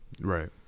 right